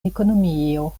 ekonomio